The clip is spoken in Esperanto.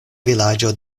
vilaĝo